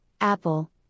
Apple